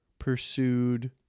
pursued